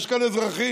יש כאן אזרחים,